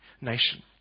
nation